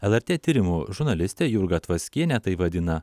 lrt tyrimų žurnalistė jurga tvaskienė tai vadina